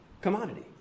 commodity